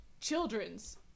children's